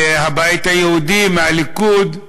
מהבית היהודי, מהליכוד,